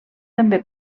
també